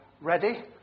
ready